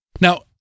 Now